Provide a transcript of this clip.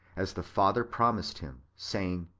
as the father promised him, saying,